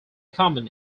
common